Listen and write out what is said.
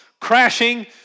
crashing